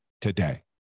today